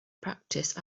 practice